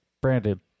Brandon